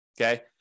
okay